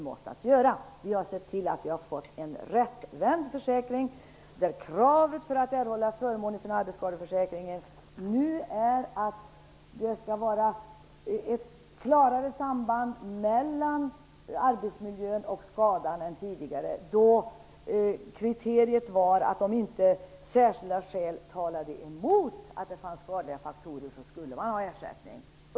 Vi har åstadkommit en rättvänd försäkring, där kravet för att erhålla förmåner från arbetsskadeförsäkringen nu är ett klarare samband mellan arbetsmiljön och skadan än tidigare. Tidigare var ju kriteriet att om inte särskilda skäl talade emot det faktum att det fanns skadliga faktorer skulle vederbörande få ersättning.